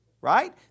right